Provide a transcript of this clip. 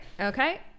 okay